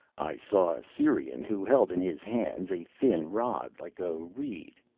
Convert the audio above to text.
i saw a syrian who held in his hands a thin rod like a reed.